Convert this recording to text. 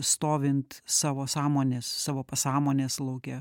stovint savo sąmonės savo pasąmonės lauke